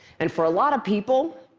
and for a lot of people,